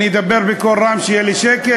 אני אדבר בקול רם עד שיהיה לי שקט?